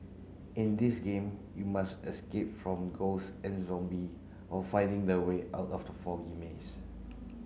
in this game you must escape from ghosts and zombie while finding the way out of the foggy maze